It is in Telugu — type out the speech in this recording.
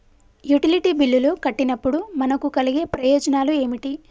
యుటిలిటీ బిల్లులు కట్టినప్పుడు మనకు కలిగే ప్రయోజనాలు ఏమిటి?